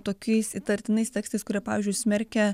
tokiais įtartinais tekstais kurie pavyzdžiui smerkia